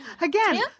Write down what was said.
Again